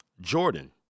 Jordan